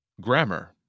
Grammar